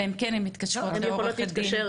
אלא אם כן הן מתקשרות לעורכת דין.